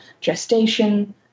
gestation